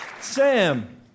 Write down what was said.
Sam